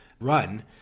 run